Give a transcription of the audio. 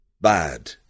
bad